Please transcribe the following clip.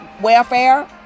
welfare